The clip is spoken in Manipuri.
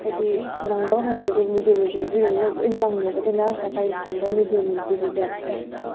ꯍꯥꯏꯗꯤ ꯅꯪꯗꯕ ꯃꯌꯥꯝꯁꯨ ꯃꯤꯠ ꯗꯦ ꯃꯤꯜꯁꯦ ꯄꯤꯕꯤꯔꯝꯅꯤꯅ ꯃꯣꯏ ꯂꯣꯏꯅ ꯅꯪꯉꯦꯕ ꯑꯗꯨꯅ ꯁ꯭ꯔꯀꯥꯔꯒꯤ ꯁ꯭ꯀꯨꯜꯗ ꯃꯤꯠ ꯗꯦ ꯃꯤꯜ ꯄꯤꯕꯁꯦ ꯐꯩ